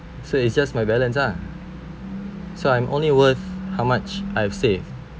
so it's just my balance lah so I'm only worth how much I have saved